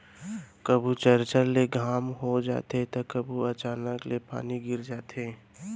कभू चरचर ले घाम हो जाथे त कभू अचानक ले पानी गिर जाथे